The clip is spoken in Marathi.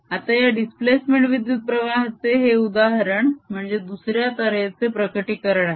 आता या दिस्प्लेसमेंट विद्युतप्रवाहाचे हे उदाहरण म्हणजे दुसऱ्या तऱ्हेचे प्रकटीकरण आहे